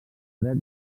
dret